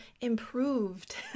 improved